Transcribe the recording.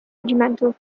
regimental